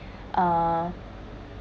uh